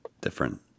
different